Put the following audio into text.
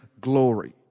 glory